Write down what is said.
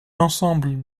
ensemble